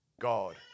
God